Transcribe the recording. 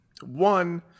One